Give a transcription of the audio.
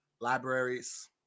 libraries